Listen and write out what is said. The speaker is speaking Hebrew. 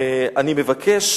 אני מבקש